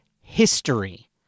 history